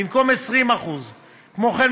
במקום 20%. כמו כן,